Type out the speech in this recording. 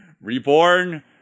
Reborn